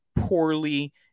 poorly